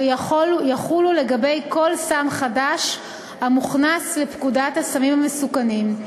יחולו על כל סם חדש שמוכנס לפקודת הסמים המסוכנים,